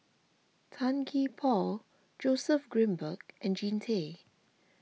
Tan Gee Paw Joseph Grimberg and Jean Tay